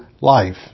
life